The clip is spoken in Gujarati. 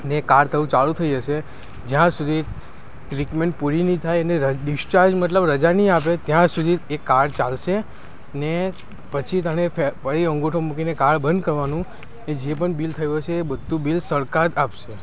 ને એ કાર્ડ તારું ચાલું થઈ જશે જ્યાં સુધી ત્રીતમેન્ટ પૂરી નહીં થાય અને રજ ડિસ્ચાર્જ મતલબ રજા નહીં આપે ત્યાં સુધી એ કાળ ચાલશે અને પછી તેને પે ફરી અંગૂઠો મૂકીને અ કાળ બંધ કરવાનું ને જે પણ બિલ થયું હશે એ બધું બિલ સરકાર જ આપશે